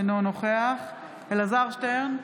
אינו נוכח אלעזר שטרן,